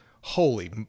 holy